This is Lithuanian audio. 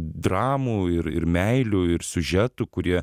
dramų ir ir meilių ir siužetų kurie